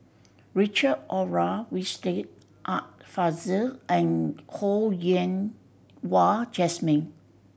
Richard Olaf Winstedt Art Fazil and Ho Yen Wah Jesmine